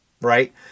right